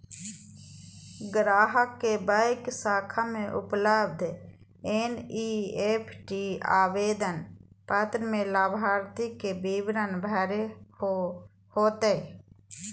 ग्राहक के बैंक शाखा में उपलब्ध एन.ई.एफ.टी आवेदन पत्र में लाभार्थी के विवरण भरे होतय